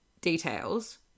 details